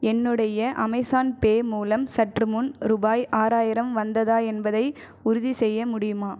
என்னுடைய அமேஸான்பே மூலம் சற்று முன் ரூபாய் ஆறாயிரம் வந்ததா என்பதை உறுதிசெய்ய முடியுமா